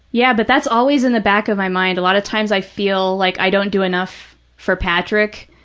yeah, but that's always in the back of my mind. a lot of times i feel like i don't do enough for patrick,